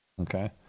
Okay